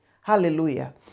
Hallelujah